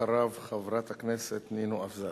אחריו, חברת הכנסת נינו אבסדזה,